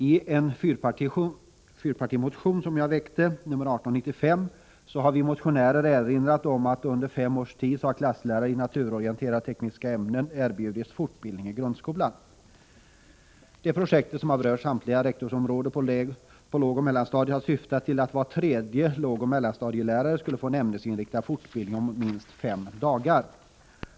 I en fyrpartimotion, nr 1895, som jag varit med om att väcka, har vi motionärer erinrat om att under fem års tid klasslärare i naturorienterande och tekniska ämnen har erbjudits fortbildning i grundskolan. Det projektet, som har berört samtliga rektorsområden på lågoch mellanstadiet, har syftat - till att var tredje lågoch mellanstadielärare skulle få en ämnesinriktad fortbildning om minst fem dagar.